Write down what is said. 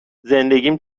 زندگیم